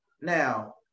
Now